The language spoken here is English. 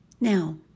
Now